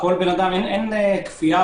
אין כפייה.